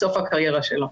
הקריירה שלו.